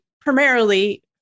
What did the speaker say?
primarily